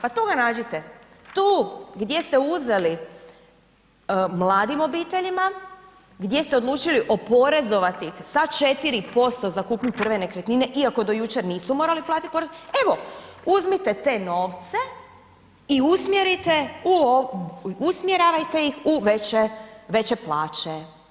Pa tu ga nađite, tu gdje ste uzeli mladim obiteljima, gdje ste odlučili oporezovati ih sa 4% za kupnju prve nekretnine iako do jučer nisu morali platiti porez, evo uzmite te novce i usmjerite u, usmjeravajte ih u veće, veće plaće.